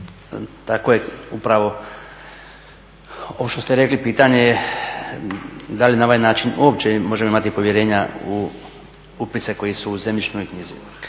tako je, upravo ovo što ste rekli pitanje je da li na ovaj način uopće možemo imati povjerenja u upise koji su u zemljišnoj knjizi.